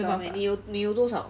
你有你有多少